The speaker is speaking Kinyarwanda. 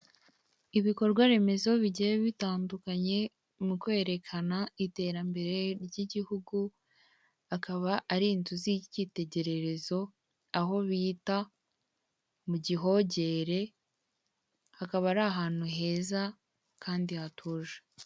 Ibikorwa remezo bigiye bitandukanye mu kwerekana iterambere ry'igihugu, akaba ari inzu z'icyitegererezo aho bita mu gihogere hakaba ari ahantu heza kandi hatuje.